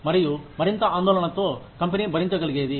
మరియు మరింత ఆందోళనతో కంపెనీ భరించగలిగేది